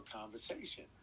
conversation